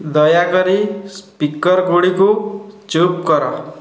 ଦୟାକରି ସ୍ପିକର ଗୁଡ଼ିକୁ ଚୁପ୍ କର